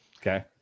okay